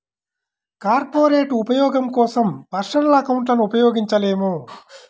corporate ఉపయోగం కోసం personal అకౌంట్లను ఉపయోగించలేము